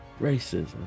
Racism